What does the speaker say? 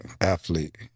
Athlete